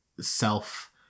self